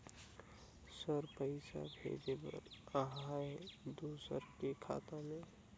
Sir पइसा भेजे बर आहाय दुसर के खाता मे?